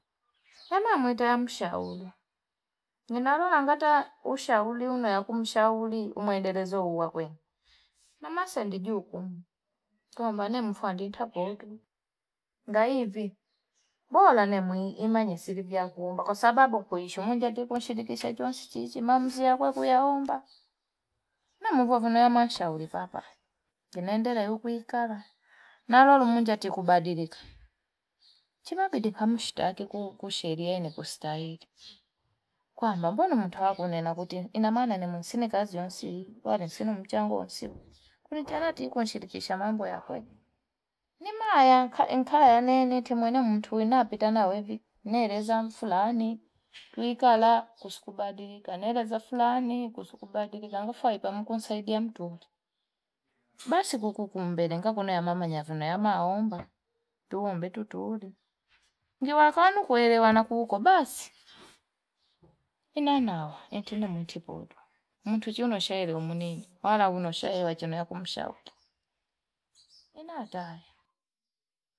Kana mwita amshauli ninalola ngataushauli mwe kumshauli mwendelezo wakwe, namasendi juu kumu kwamba nendi mfande toputu, ngaivi bora ne manya siri nekuumba kwa sababu kuisha moja nde tu kushilikisha jonstichi maamuzi yakwe kuyaomba namuvovu kuna manshauri papa kinendeelie huku ikala na mulallunje tu kubadilika, chimabidi kumstaki ku sheria nikustahili, kwamba motakunena kuti inamana nimuinsine kazi yonsi wala sina muchango wansiu kunitaraki kunishirikisha mambo yakweni, nimaya nene ti mwene mtu napita na wevi neleza fulani tuikala kuhusu kubadilika, neleze fulani kuhusu kubadilika. kuisaidia mtungi basi kukumbele ngakumanya namavuna namaomba tuombe tu tulii, ngiwakwnu kuelewana kuko basi nena nao ikinuti poto mtu chiuno chelewa wala unosheye chino kumshauri inatari.